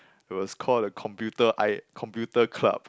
it was call the computer I computer club